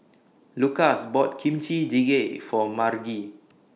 Lukas bought Kimchi Jjigae For Margie